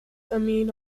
amine